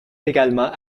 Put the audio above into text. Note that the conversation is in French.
également